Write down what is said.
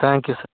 thank you sir